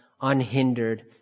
unhindered